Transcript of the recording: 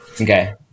Okay